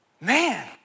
man